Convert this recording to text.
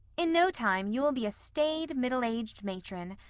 in no time you'll be a staid, middle-aged matron,